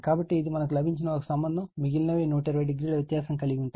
కాబట్టి ఇది మనకు లభించిన ఒక సంబంధం మిగిలినవి 120o వ్యత్యాసం కలిగి ఉంటాయి